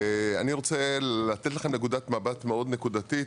אני רוצה לתת לכם נקודת מבט מאוד נקודתית